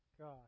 god